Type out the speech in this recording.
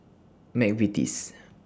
Mcvitie's